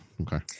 Okay